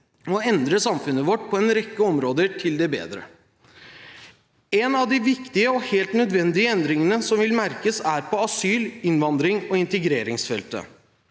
og endre samfunnet vårt til det bedre på en rekke områder. En av de viktige og helt nødvendige endringene som vil merkes, er på asyl-, innvandrings- og integreringsfeltet.